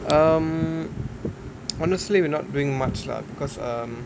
um honestly we're not doing much lah because um